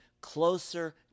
closer